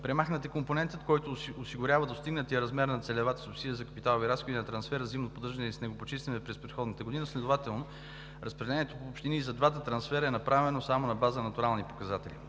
Премахнат е компонентът, който осигурява достигнатия размер на целевата субсидия за капиталови разходи и на трансфера за зимно поддържане и снегопочистване през предходната година. Следователно, разпределението по общини и за двата трансфера е направено само на база натурални показатели.